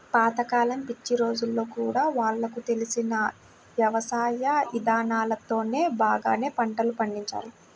పాత కాలం పిచ్చి రోజుల్లో గూడా వాళ్లకు తెలిసిన యవసాయ ఇదానాలతోనే బాగానే పంటలు పండించారు